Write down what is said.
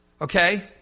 Okay